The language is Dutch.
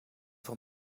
voor